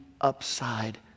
upside